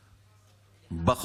אתמול?